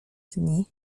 dni